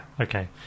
okay